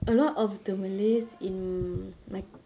a lot of the malays in my